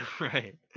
Right